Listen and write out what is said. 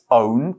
own